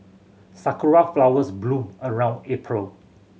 sakura flowers bloom around April